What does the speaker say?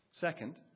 Second